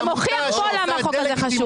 אתה מוכיח פה למה הצעת החוק הזאת חשובה.